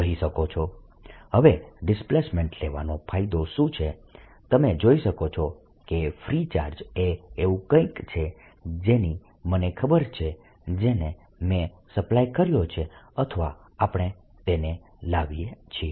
Dfree હવે displacement લેવાનો ફાયદો શું છે તમે જોઈ શકો છો કે ફ્રી ચાર્જ એ એવું કંઈક છે જેની મને ખબર છે જેને મેં સપ્લાય કર્યો છે અથવા આપણે તેને લાવીએ છીએ